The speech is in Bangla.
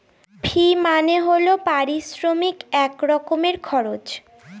ফি মানে হল পারিশ্রমিক এক রকমের খরচ